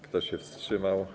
Kto się wstrzymał?